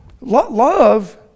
love